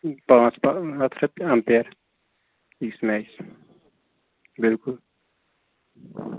پانٛژھ ہَتھ رۄپیہِ اَمپیر أکِس میچَس بِلکُل